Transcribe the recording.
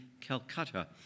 Calcutta